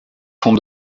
font